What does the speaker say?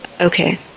Okay